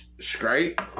Scrape